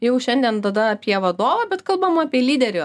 jau šiandien tada apie vadovą bet kalbam apie lyderį